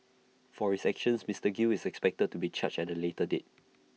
for his actions Mister gill is expected to be charged at A later date